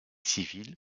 civiles